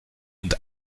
und